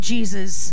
Jesus